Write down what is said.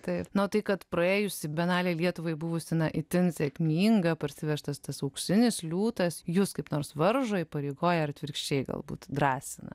taip na tai kad praėjusi bienalė lietuvai buvusi na itin sėkminga parsivežtas tas auksinis liūtas jus kaip nors varžo įpareigoja ar atvirkščiai galbūt drąsina